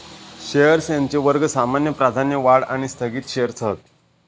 shares यांचे वर्ग सामान्य, प्राधान्य, वाढ आणि स्थगित शेअर्स हत